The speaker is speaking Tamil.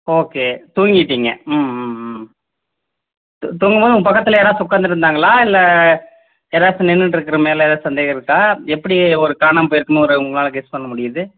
ஓகே தூங்கிட்டிங்க ம் ம் ம் தூங்கும்போது உங்கள் பக்கத்தில் யாராச்சும் உக்காந்திருந்தாங்களா இல்லை யாராச்சும் நின்னுட்ருக்கிற மேலே ஏதா சந்தேகம் இருக்கா எப்படி ஒரு காணாமல் போய்ருக்குன்னு ஒரு உங்களால் கெஸ் பண்ண முடியுது